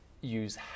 use